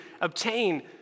obtain